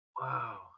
Wow